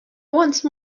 once